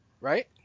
Right